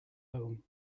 home